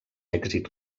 èxit